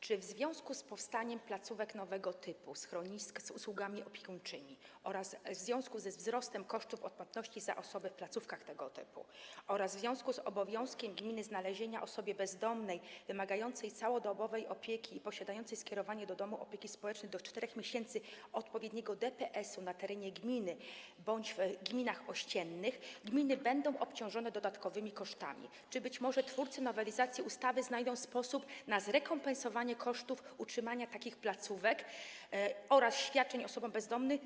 Czy w związku z powstaniem placówek nowego typu: schronisk z usługami opiekuńczymi, oraz w związku ze wzrostem kosztów odpłatności za osobę w placówkach tego typu, a także w związku z obowiązkiem gminy dotyczącym znalezienia osobie bezdomnej wymagającej całodobowej opieki i posiadającej skierowanie do domu opieki społecznej w okresie do 4 miesięcy odpowiedniego DPS-u na terenie gminy bądź w gminach ościennych gminy będą obciążone dodatkowymi kosztami, czy - być może - twórcy nowelizacji ustawy znajdą sposób na zrekompensowanie samorządom kosztów utrzymania takich placówek oraz świadczeń na rzecz osób bezdomnych?